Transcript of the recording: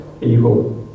evil